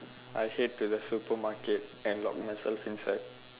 I head to the supermarket and lock myself inside